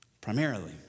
primarily